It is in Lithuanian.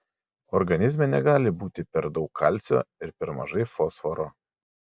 organizme negali būti per daug kalcio ir per mažai fosforo